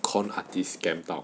con artist scam 到